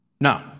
No